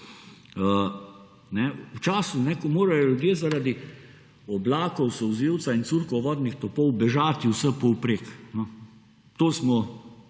V času, ko morajo ljudje zaradi oblakov solzivca in curkov vodnih topov bežati vsepovprek. No, to